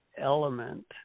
element